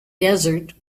desert